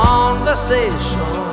Conversation